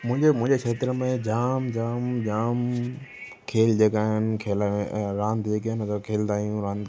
मुंहिंजे मुंहिंजे खेत्र में जाम जाम जाम खेल जेका आहिनि खेलणु रांदि जेकी आहिनि असां खेलंदा आहियूं रांदि